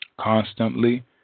constantly